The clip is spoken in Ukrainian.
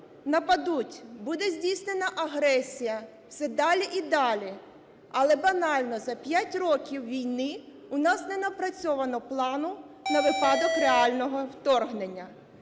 нападуть, буде здійснена агресія, все далі і далі. Але банально за 5 років війни у нас не напрацьовано плану на випадок реального вторгнення.